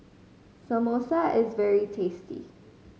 samosa is very tasty